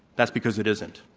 that's because it isn't.